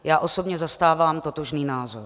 Já osobně zastávám totožný názor.